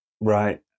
right